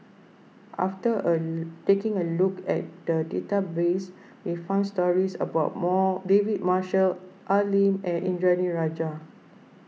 after a taking a look at the database we found stories about more David Marshall Al Lim and Indranee Rajah